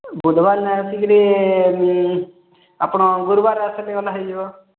ବୁଧବାର ନାଇ ଆସିକିରି ଆପଣ ଗୁରୁବାର ଆସିଲେ ହୋଇଯିବ